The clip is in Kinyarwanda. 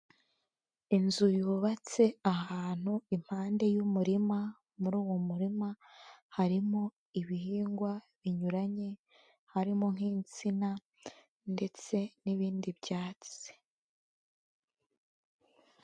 Inzu yubatse ahantu impande y'umurima, muri uwo murima harimo ibihingwa binyuranye, harimo nk'insina ndetse n'ibindi byatsi.